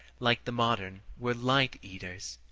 like the modern, were light eaters.